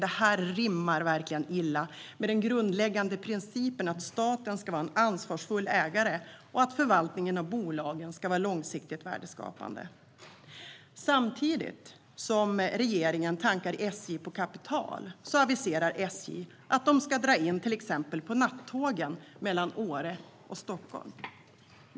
Detta rimmar verkligen illa med den grundläggande principen att staten ska vara en ansvarsfull ägare och att förvaltningen av bolagen ska vara långsiktigt värdeskapande. Samtidigt som regeringen tankar kapital ur SJ aviserar SJ att de ska dra in på till exempel nattågen mellan Åre och Stockholm.